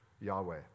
Yahweh